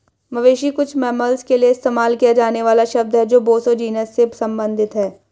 मवेशी कुछ मैमल्स के लिए इस्तेमाल किया जाने वाला शब्द है जो बोसो जीनस से संबंधित हैं